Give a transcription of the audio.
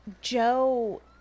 Joe